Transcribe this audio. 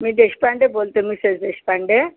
मी देशपांडे बोलते मिसेस देशपांडे